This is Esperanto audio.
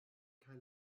kaj